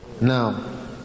now